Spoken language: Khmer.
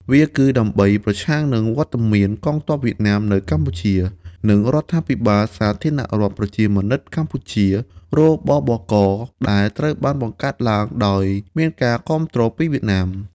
វាគឺដើម្បី ប្រឆាំងនឹងវត្តមានកងទ័ពវៀតណាមនៅកម្ពុជា និងរដ្ឋាភិបាលសាធារណរដ្ឋប្រជាមានិតកម្ពុជា រ.ប.ប.ក. ដែលត្រូវបានបង្កើតឡើងដោយមានការគាំទ្រពីវៀតណាម ។